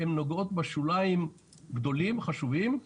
הן נוגעות בשוליים גדולים, חשובים.